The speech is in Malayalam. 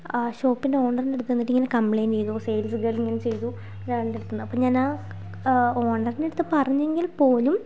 ആ ഷോപ്പിൻ്റെ ഓണറിൻ്റെ അടുത്ത് ചെന്നിട്ട് ഇങ്ങനെ കംപ്ലയിൻ്റ് ചെയ്തു സെയിൽസ് ഗേൾ ഇങ്ങനെ ചെയ്തു ഒരാളുടെ അടുത്തു നിന്ന് അപ്പോൾ ഞാൻ ആ ഓണറിൻ്റെ അടുത്ത് പറഞ്ഞെങ്കിൽ പോലും